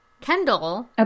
Kendall